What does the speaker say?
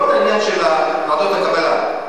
לא המקרה של ועדות הקבלה,